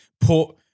Put